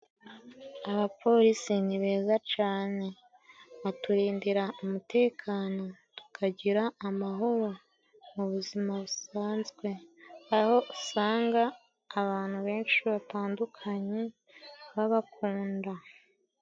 Abapolisi ni beza cane baturindira umutekano tukagira amahoro mu buzima busanzwe aho usanga abantu benshi batandukanye babakunda.